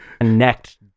connect